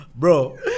Bro